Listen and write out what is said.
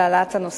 על העלאת הנושא.